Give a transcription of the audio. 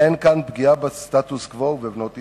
אין כאן פגיעה בסטטוס-קוו ובבנות ישראל,